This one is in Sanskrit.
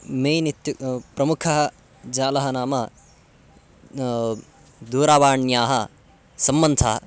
मैन् इत्युक् प्रमुखः जालः नाम दूरावाण्याः सम्बन्धः